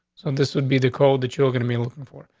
and this would be the cold that you're gonna be looking for.